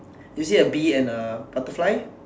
do you see a bee and a butterfly